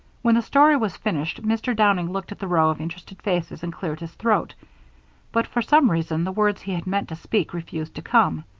when the story was finished, mr. downing looked at the row of interested faces and cleared his throat but, for some reason, the words he had meant to speak refused to come.